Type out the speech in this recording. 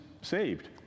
saved